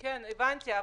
הבנתי.